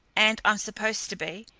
and i'm supposed to be,